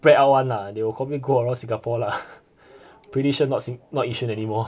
spread out [one] lah they will probably go around singapore lah pretty sure not not yishun anymore